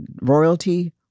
royalty